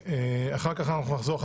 בהמשך.